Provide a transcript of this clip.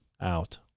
out